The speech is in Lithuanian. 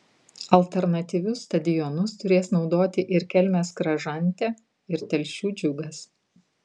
alternatyvius stadionus turės naudoti ir kelmės kražantė ir telšių džiugas